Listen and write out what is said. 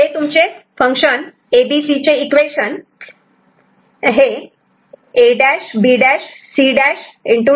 तर हे तुमचे F चे इक्वेशन FABC A'B'C'